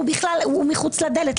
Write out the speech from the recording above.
הוא בכלל מחוץ לדלת,